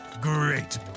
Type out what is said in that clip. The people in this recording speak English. great